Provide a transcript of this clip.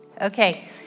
Okay